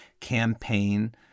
campaign